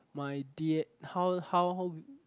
my d_n how how